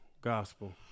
Gospel